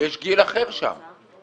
יש גיל אחר שם.